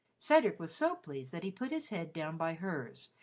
cedric was so pleased that he put his head down by hers,